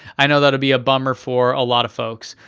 i know that'll be a bummer for a lot of folks.